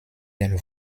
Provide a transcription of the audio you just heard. den